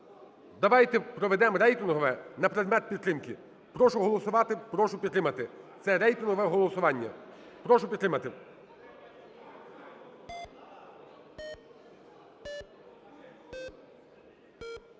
Давайте проведемо рейтингове не предмет підтримки. Прошу голосувати, прошу підтримати. Це рейтингове голосування, прошу підтримати.